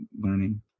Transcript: learning